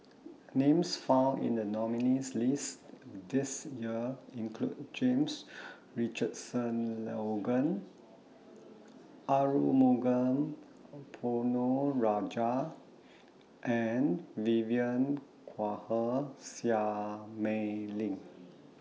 Names found in The nominees' list This Year include James Richardson Logan Arumugam Ponnu Rajah and Vivien Quahe Seah Mei Lin